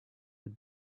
good